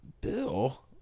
Bill